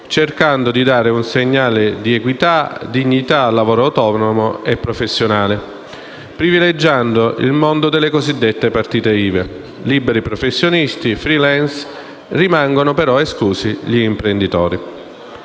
cercando di dare un segnale di equità e dignità al lavoro autonomo e professionale, privilegiando il mondo delle cosiddette partite IVA, liberi professionisti e freelance, rimanendo però esclusi gli im- prenditori.